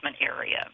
Area